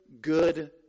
good